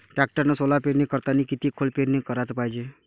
टॅक्टरनं सोला पेरनी करतांनी किती खोल पेरनी कराच पायजे?